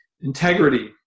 Integrity